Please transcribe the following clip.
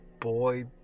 boy